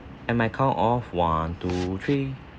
at my count of one two three